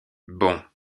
bon